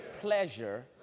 pleasure